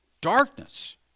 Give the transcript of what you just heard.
darkness